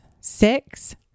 six